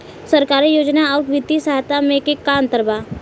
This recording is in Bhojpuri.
सरकारी योजना आउर वित्तीय सहायता के में का अंतर बा?